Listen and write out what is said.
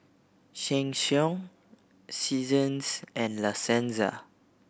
Sheng Siong Seasons and La Senza